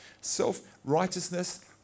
self-righteousness